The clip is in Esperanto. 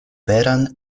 veran